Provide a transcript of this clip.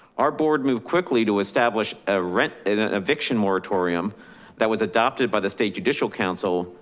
our board moved quickly to establish a rent eviction moratorium that was adopted by the state judicial council,